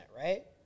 right